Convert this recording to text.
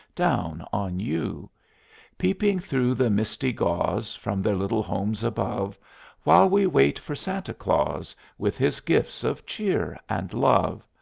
down on you peeping through the misty gauze from their little homes above while we wait for santa claus with his gifts of cheer and love.